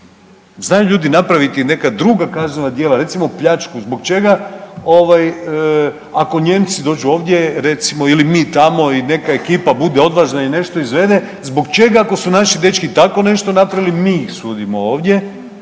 znaju ljudi napraviti neka druga kaznena djela, recimo, pljačku, zbog čega, ovoj, ako Nijemci dođu ovdje, recimo, ili mi tamo i neka ekipa bude odvažna i nešto izvede, zbog čega, ako su naši dečki tako nešto napravili, mi sudimo ovdje?